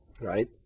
right